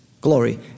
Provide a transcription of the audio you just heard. glory